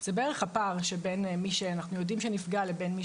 שזה בערך הפער בין מי שאנחנו יודעים שנפגע לבין מי